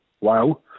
wow